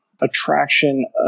attraction